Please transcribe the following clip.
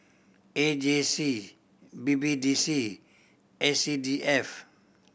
A J C B B D C and C D F